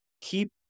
keep